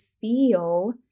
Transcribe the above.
feel